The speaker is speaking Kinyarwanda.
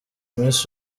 miss